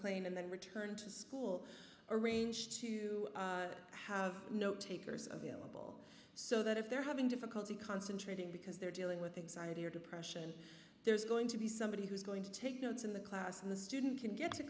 mclean and then return to school arrange to have no takers of illiberal so that if they're having difficulty concentrating because they're dealing with things i hear depression there's going to be somebody who's going to take notes in the class in the student can get to